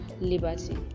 liberty